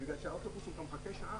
בגלל שלאוטובוס הוא מחכה שעה.